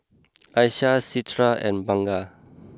Aishah Citra and Bunga